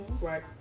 right